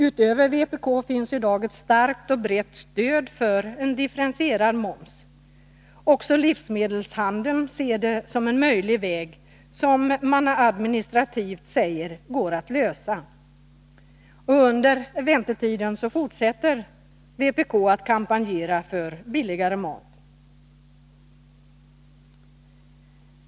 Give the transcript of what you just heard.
I dag finns ett starkt och brett stöd för en differentierad moms inte bara inom vpk. Också livsmedelshandeln ser det som en möjlig väg, och man säger att de administrativa problemen går att lösa. Under väntetiden fortsätter vpk sin kampanj för billigare mat.